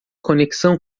conexão